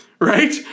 right